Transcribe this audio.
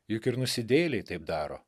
juk ir nusidėjėliai taip daro